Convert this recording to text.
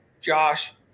Josh